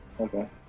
Okay